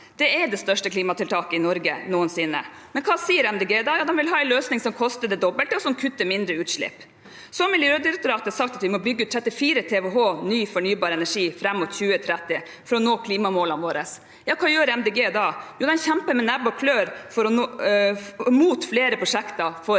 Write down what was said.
Det er det største klimatiltaket i Norge noensinne. Hva sier Miljøpartiet De Grønne da? De vil ha en løsning som koster det dobbelte, og som kutter mindre utslipp. Miljødirektoratet har sagt at vi må bygge ut 34 TWh ny fornybar energi fram mot 2030 for å nå klimamålene våre. Hva gjør Miljøpartiet De Grønne da? De kjemper med nebb og klør mot flere prosjekter for